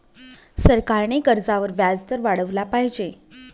सरकारने कर्जावर व्याजदर वाढवला आहे